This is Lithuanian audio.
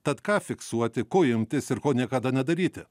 tad ką fiksuoti ko imtis ir ko niekada nedaryti